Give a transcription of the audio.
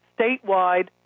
statewide